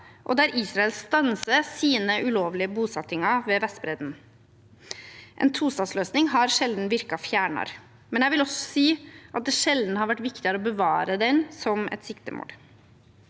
og der Israel stanser sine ulovlige bosettinger ved Vestbredden. En tostatsløsning har sjelden virket fjernere, men jeg vil også si at det sjelden har vært viktigere å bevare den som et siktemål.